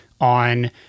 on